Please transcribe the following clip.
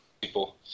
people